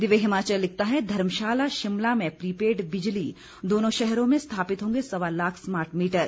दिव्य हिमाचल लिखता है धर्मशाला शिमला में प्रीपेड बिजली दोनों शहरों में स्थापित होंगे सवा लाख स्मार्ट मीटर